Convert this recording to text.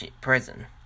prison